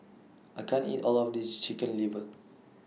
I can't eat All of This Chicken Liver